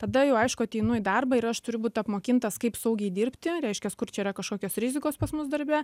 tada jau aišku ateinu į darbą ir aš turiu būt apmokintas kaip saugiai dirbti reiškias kur čia yra kažkokios rizikos pas mus darbe